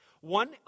One